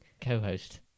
co-host